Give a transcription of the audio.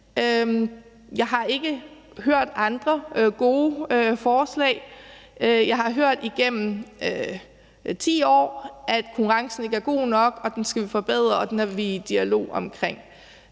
Jeg har ikke hørt andre gode forslag. Jeg har hørt igennem 10 år, at konkurrencen ikke er god nok, og at den skal forbedres, og at vi er i dialog omkring